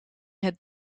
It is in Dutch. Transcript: het